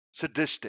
sadistic